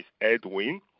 Edwin